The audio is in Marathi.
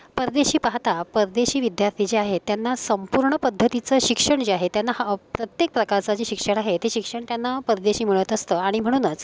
परदेशी पाहता परदेशी विद्यार्थी जे आहेत त्यांना संपूर्ण पद्धतीचं शिक्षण जे आहे त्यांना हा प्रत्येक प्रकारचं जे शिक्षण आहे ते शिक्षण त्यांना परदेशी मिळत असतं आणि म्हणूनच